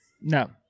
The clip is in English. No